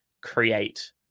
create